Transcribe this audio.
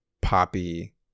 poppy